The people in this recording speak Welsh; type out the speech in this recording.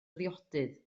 ddiodydd